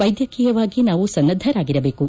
ವ್ಯೆದ್ಧಕೀಯವಾಗಿ ನಾವು ಸನ್ನದ್ದರಾಗಿರಬೇಕು